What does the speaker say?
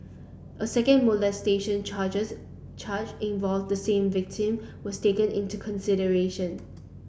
a second molestation charges charge involved the same victim was taken into consideration